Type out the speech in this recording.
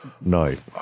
night